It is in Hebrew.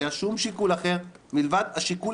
לא היה שום שיקול אחר מלבד השיקול